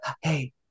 Hey